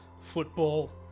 football